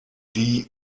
die